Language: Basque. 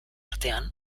artean